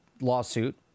lawsuit